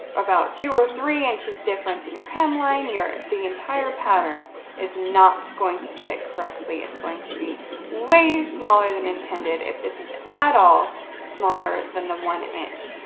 about two or three inches difference in your hemline. the entire pattern is not going to fit correctly. it's going to be way smaller than intended if this is at all smaller than the one inch.